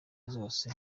zose